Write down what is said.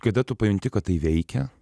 kada tu pajunti kad tai veikia